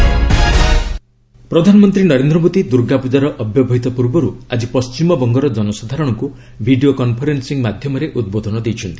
PM address ପ୍ରଧାନମନ୍ତ୍ରୀ ନରେନ୍ଦ୍ର ମୋଦୀ ଦୁର୍ଗାପୂଜାର ଅବ୍ୟବହିତ ପୂର୍ବରୁ ଆଜି ପଶ୍ଚିମବଙ୍ଗର କନସାଧାରଣଙ୍କୁ ଭିଡ଼ିଓ କନ୍ଫରେନ୍ନିଂ ମାଧ୍ୟମରେ ଉଦ୍ବୋଧନ ଦେଇଛନ୍ତି